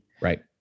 right